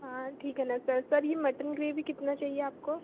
हाँ ठीक है ना सर सर यह मटन ग्रेवी कितना चाहिए आपको